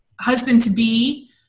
husband-to-be